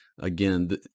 Again